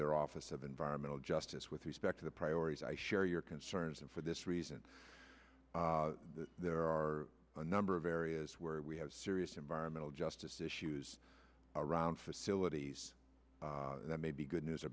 their office of environmental justice with respect to the priorities i share your concerns and for this reason there are a number of areas where we have serious environmental justice issues around facilities that may be good news or